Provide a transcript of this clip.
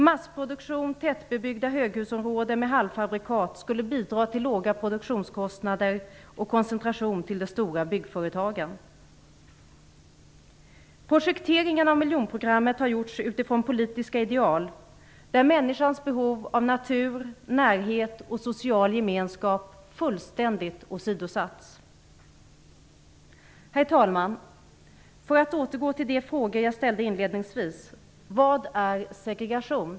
Massproduktion, tätbebyggda höghusområden med halvfabrikat skulle bidra till låga produktionskostnader och koncentration till de stora byggföretagen. Projekteringen av miljonprogrammet har gjorts utifrån politiska ideal, där människans behov av natur, närhet och social gemenskap fullständigt åsidosatts. Herr talman! Jag skall så återgå till de tre frågor jag ställde inledningsvis. Vad är segregation?